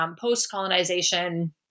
post-colonization